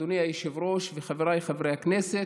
אדוני היושב-ראש וחבריי חברי הכנסת,